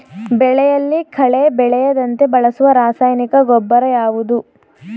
ಬೆಳೆಯಲ್ಲಿ ಕಳೆ ಬೆಳೆಯದಂತೆ ಬಳಸುವ ರಾಸಾಯನಿಕ ಗೊಬ್ಬರ ಯಾವುದು?